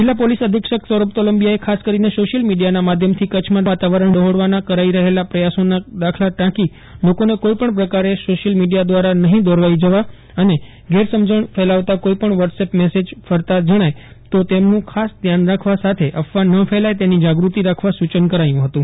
જિલ્લા પોલીસ અધિક્ષક સૌરભ તોલંબિયાએ ખાસ કરીને સોશીયલ મીડીયાના માધ્યમથી કચ્છમાં ડહોડવાના કરાઇ રહેલા પ્રયાસોના દાખલા ટાંકી લોકોને કોઇપણ પ્રકારે સોશિયલ મીડિયા દ્વારા નહીં દોરવાઇ જવા અને ગેરસમજણ ફેલાવતાં કોઇપણ વોટસએપ મેસેજ ફરતાં જણાય તો તેમનું ખાસ ધ્યાન દોરવા સાથે અફવા ન ફેલાય તેની જાગૃતિ રાખવા સૂચન કરાયું હતું